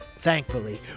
Thankfully